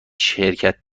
شرکت